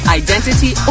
identity